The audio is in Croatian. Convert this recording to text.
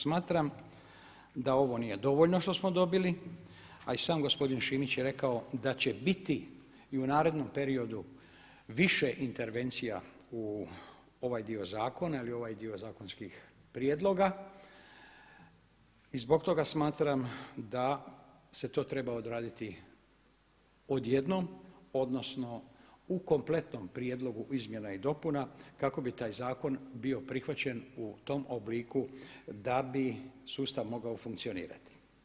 Smatram da ovo nije dovoljno što smo dobili, a i sam gospodin Šimić je rekao da će biti i u narednom periodu više intervencija u ovaj dio zakona ili ovaj dio zakonskih prijedloga i zbog toga smatram da se to treba odraditi odjednom odnosno u kompletnom prijedlogu izmjena i dopuna kako bi taj zakon bio prihvaćen u tom obliku da bi sustav mogao funkcionirati.